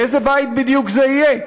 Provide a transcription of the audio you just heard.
לאיזה בית בדיוק זה יהיה?